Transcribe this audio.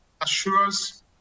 assures